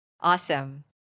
Awesome